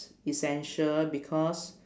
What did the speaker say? essential because